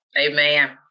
amen